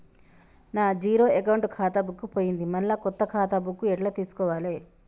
నా zero account ఖాతా book పోయింది మళ్ళా కొత్త ఖాతా బుక్కు ఎట్ల తీసుకోవాలే?